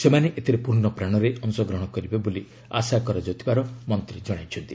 ସେମାନେ ଏଥିରେ ପୂର୍ଷ ପ୍ରାଣରେ ଅଂଶଗ୍ରହଣ କରିବେ ବୋଲି ଆଶା କରାଯାଉଥିବାର ମନ୍ତ୍ରୀ କହିଛନ୍ତି